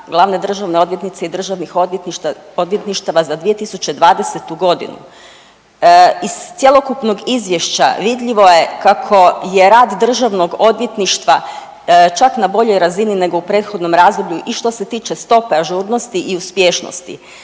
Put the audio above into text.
glavne državne odvjetnice i državnih odvjetništava za 2020. godinu. Iz cjelokupnog izvješća vidljivo je kako je rad državnog odvjetništva čak na boljoj razini nego u prethodnom razdoblju i što se tiče stope ažurnosti i uspješnosti.